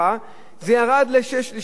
זה ירד לשישה מקרים.